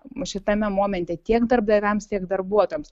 šitame momente tiek darbdaviams tiek darbuotojams